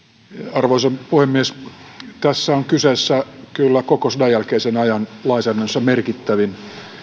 arvoisa puhemies tässä on kyseessä kyllä koko sodanjälkeisen ajan lainsäädännössä merkittävin